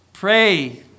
pray